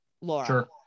laura